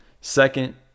second